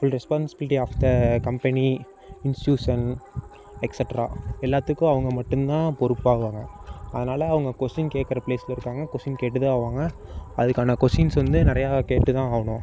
full responsibility of the company institution etcetera எல்லாத்துக்கும் அவங்க மட்டும் தான் பொறுப்பாவாங்க அதனால அவங்க கொஷ்டின் கேட்கற ப்லேஸில் இருப்பாங்க கொஷின் கேட்டு தான் ஆவாங்க அதுக்கான கொஷின்ஸ் வந்து நிறையா கேட்டு தான் ஆகணும்